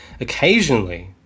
Occasionally